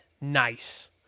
nice